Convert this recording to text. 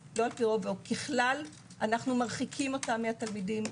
ככלל, אנו מרחיקים אותם מהתלמידים.